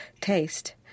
taste